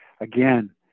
again